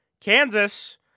Kansas